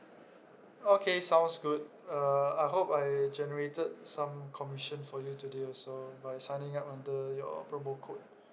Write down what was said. okay sounds good uh I hope I generated some commission for you today also by signing up under your promo code